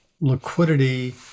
liquidity